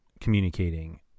communicating